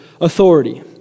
authority